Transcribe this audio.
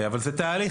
אבל זה תהליך.